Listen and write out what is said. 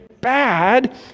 bad